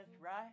right